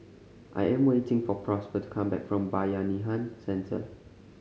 I am waiting for Prosper to come back from Bayanihan Centre